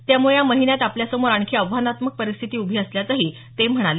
त्यामुळे या महिन्यात आपल्यासमोर आणखी आव्हानात्मक परिस्थिती उभी असल्याचंही ते म्हणाले